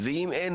החינוך,